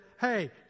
hey